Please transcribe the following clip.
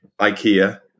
Ikea